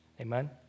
Amen